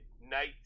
night